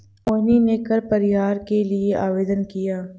मोहिनी ने कर परिहार के लिए आवेदन किया